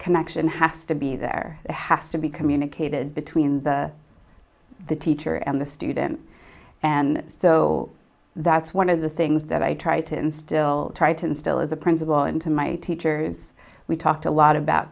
connection has to be there has to be communicated between the teacher and the student and so that's one of the things that i try to instill try to instill as a principal and to my teachers we talked a lot about